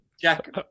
Jack